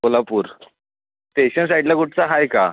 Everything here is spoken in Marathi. कोल्हापूर स्टेशन साईडला कुठचं आहे का